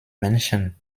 menschen